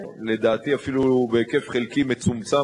לצמצם